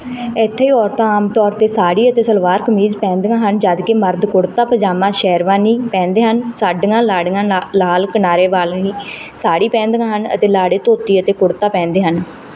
ਇੱਥੇ ਔਰਤਾਂ ਆਮ ਤੌਰ 'ਤੇ ਸਾੜੀ ਅਤੇ ਸਲਵਾਰ ਕਮੀਜ਼ ਪਹਿਨਦੀਆਂ ਹਨ ਜਦਕਿ ਮਰਦ ਕੁੜਤਾ ਪਜ਼ਾਮਾ ਸ਼ੇਰਵਾਨੀ ਪਹਿਨਦੇ ਹਨ ਸਾਡੀਆਂ ਲਾੜੀਆਂ ਨਾ ਲਾਲ ਕਿਨਾਰੇ ਵਾਲੀ ਸਾੜੀ ਪਹਿਨਦੀਆਂ ਹਨ ਅਤੇ ਲਾੜੇ ਧੋਤੀ ਅਤੇ ਕੁੜਤਾ ਪਹਿਨਦੇ ਹਨ